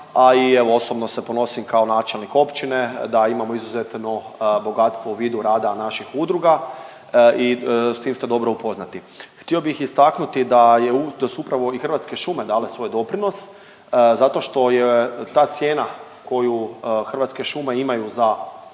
evo osobno se ponosim kao načelnik općine da imamo izuzetno bogatstvo u vidu rada naših udruga i s tim ste dobro upoznati. Htio bih istaknuti da je up… da su upravo i Hrvatske šume dale svoj doprinos zato što je ta cijena koju Hrvatske šume imaju za